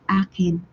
akin